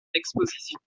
expositions